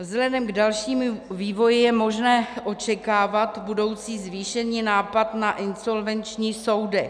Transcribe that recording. Vzhledem k dalšímu vývoji je možné očekávat budoucí zvýšený nátlak na insolvenční soudy.